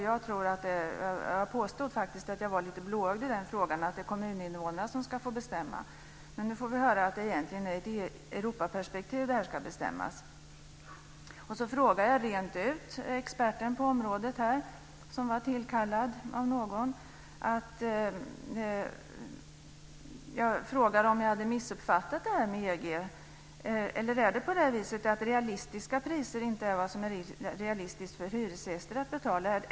Jag påstod faktiskt att jag var lite blåögd i den frågan, att det är kommuninvånarna som ska få bestämma. Nu får vi höra att det egentligen ska bestämmas i ett Jag frågade den tillkallade experten på området rent ut om jag hade missuppfattat detta med EG. Eller är det på det viset att realistiska priser inte är vad som är realistiskt för hyresgäster att betala?